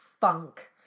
funk